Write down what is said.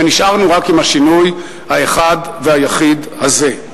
ונשארנו רק עם השינוי האחד והיחיד הזה.